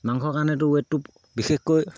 মাংসৰ কাৰণেতো ৱেটটো বিশেষকৈ